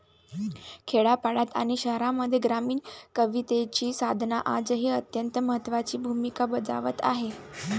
खेड्यापाड्यांत आणि शहरांमध्ये ग्रामीण कवितेची साधना आजही अत्यंत महत्त्वाची भूमिका बजावत आहे